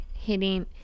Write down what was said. Hitting